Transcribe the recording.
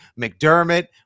McDermott